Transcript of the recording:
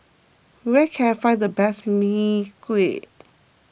where can I find the best Mee Kuah